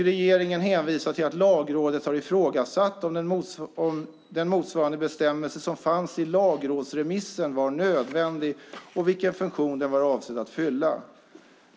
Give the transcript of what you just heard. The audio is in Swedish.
Regeringen hänvisar till att Lagrådet har ifrågasatt om den motsvarande bestämmelse som fanns i lagrådsremissen var nödvändig och vilken funktion den var avsedd att fylla.